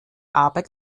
arbeit